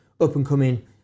up-and-coming